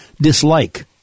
dislike